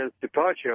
departure